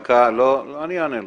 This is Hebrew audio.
אני אענה לו,